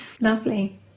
lovely